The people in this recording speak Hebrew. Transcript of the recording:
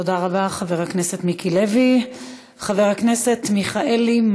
תודה רבה, חבר הכנסת מיקי לוי.